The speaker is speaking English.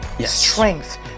strength